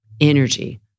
energy